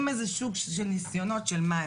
עם איזה סוג של ניסיונות של מה הם